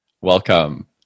Welcome